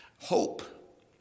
hope